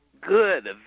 Good